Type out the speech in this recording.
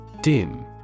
DIM